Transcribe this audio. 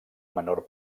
menor